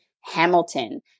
Hamilton